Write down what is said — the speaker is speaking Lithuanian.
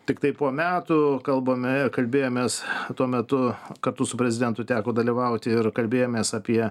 tiktai po metų kalbame kalbėjomės tuo metu kartu su prezidentu teko dalyvauti ir kalbėjomės apie